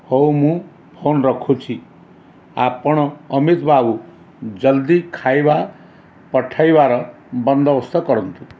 ହଉ ମୁଁ ଫୋନ୍ ରଖୁଛି ଆପଣ ଅମିତ ବାବୁ ଜଲ୍ଦି ଖାଇବା ପଠାଇବାର ବନ୍ଦୋବସ୍ତ କରନ୍ତୁ